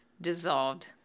dissolved